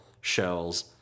shells